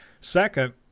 Second